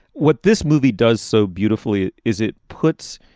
what this movie does so beautifully is it puts